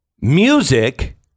Music